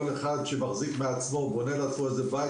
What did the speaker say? שכל אחד שמחזיק מעצמו ובונה לעצמו בית,